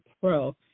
Pro